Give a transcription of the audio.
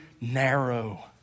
narrow